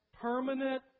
permanent